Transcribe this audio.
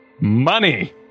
Money